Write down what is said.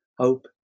Hope